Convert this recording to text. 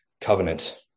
covenant